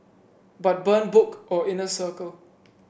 but burn book or inner circle